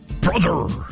brother